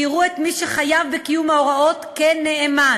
כי יראו את מי שחייב בקיום ההוראות כנאמן,